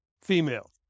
female